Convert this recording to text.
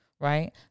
right